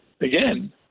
again